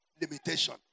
Limitation